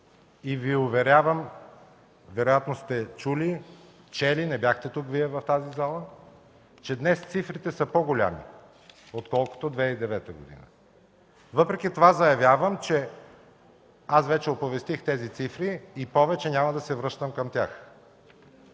Уверявам Ви, вероятно сте чули, чели, Вие не бяхте тук, в тази зала, че днес цифрите са по-големи, отколкото през 2009 г. Въпреки това заявявам, че вече оповестих тези цифри и повече няма да се връщам към тях.